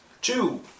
Two